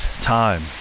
time